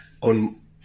on